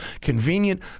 convenient